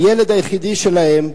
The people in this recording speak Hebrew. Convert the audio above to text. הילד היחידי שלהם,